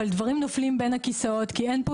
דברים נופלים בין הכיסאות כי אין פה